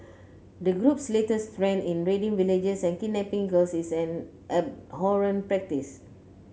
the group's latest trend in raiding villages and kidnapping girls is an abhorrent practice